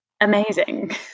amazing